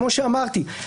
כמו שאמרתי,